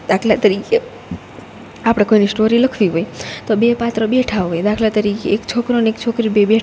દાખલા તરીકે આપડે કોઈની સ્ટોરી લખવી હોય તો બે પાત્ર બેઠા હોય દાખલા તરીકે એક છોકરોને એક છોકરી બે બેઠા હોય